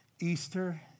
Easter